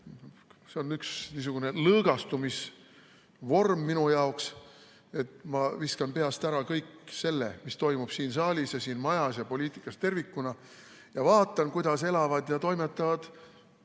see on üks lõõgastumisvorm minu jaoks. Ma viskan peast ära kõik selle, mis toimub siin saalis, siin majas ja poliitikas tervikuna, ja vaatan, kuidas elavad ja toimetavad